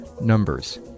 numbers